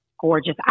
gorgeous